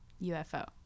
UFO